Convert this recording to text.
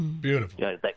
Beautiful